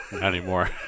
anymore